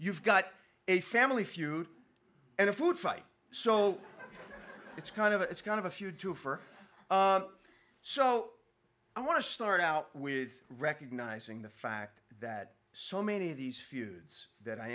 you've got a family feud and a food fight so it's kind of it's kind of a feud to for so i want to start out with recognizing the fact that so many of these feuds that i